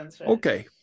Okay